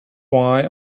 why